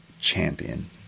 champion